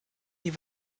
die